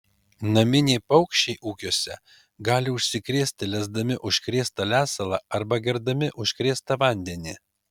naminiai paukščiai ūkiuose gali užsikrėsti lesdami užkrėstą lesalą arba gerdami užkrėstą vandenį